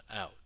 out